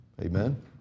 Amen